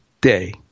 day